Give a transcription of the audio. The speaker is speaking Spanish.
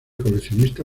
coleccionista